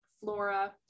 flora